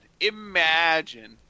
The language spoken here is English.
imagine